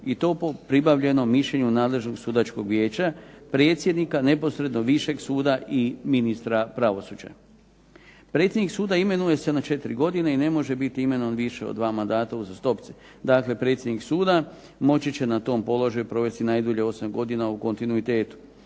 i to po pribavljenom mišljenju nadležnog sudačkog vijeća, predsjednika neposredno višeg suda i ministra pravosuđa. Predsjednik suda imenuje se na 4 godine i ne može biti imenovan više od dva mandata uzastopce. Dakle predsjednik suda moći će na tom položaju provesti najdulje 8 godina u kontinuitetu.